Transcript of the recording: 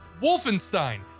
Wolfenstein